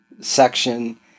section